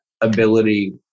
ability